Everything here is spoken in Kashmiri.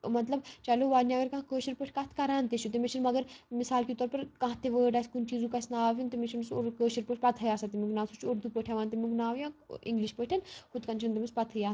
مطلب چلو وۄنۍ اَگر کانٛہہ کٲشِر پٲٹھۍ کتھ کَران تہِ چھِ تٔمِس چھِنہٕ مگر مِثال کے طور پر کانٛہہ تہِ وٲڈ آسہِ کُنہِ چیٖزُک آسہِ ناو ہیوٚن تٔمِس چھِنہٕ سُہ کٲشر پٲٹھۍ پَتھ ہٕے آسان تٔمیُک ناو سُہ چھُ اُردو پٲٹھۍ ہٮ۪وان تٔمیُک ناو یا اِنگلِش پٲٹھۍ ہُتھ کَنہِ چھُنہٕ تٔمِس پَتھ ہٕے آس